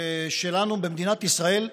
שלנו במדינת ישראל.